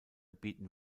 bieten